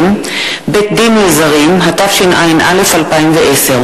20) (בית-דין לזרים), התשע"א 2010,